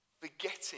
forgetting